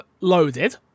loaded